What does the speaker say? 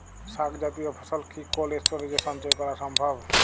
শাক জাতীয় ফসল কি কোল্ড স্টোরেজে সঞ্চয় করা সম্ভব?